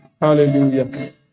Hallelujah